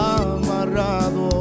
amarrado